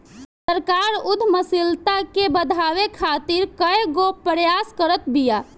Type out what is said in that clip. सरकार उद्यमशीलता के बढ़ावे खातीर कईगो प्रयास करत बिया